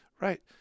Right